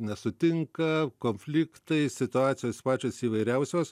nesutinka konfliktai situacijos pačios įvairiausios